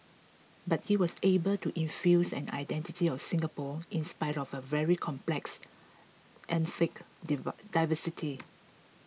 but he was able to infuse an identity of Singapore in spite of a very complex ethnic diversity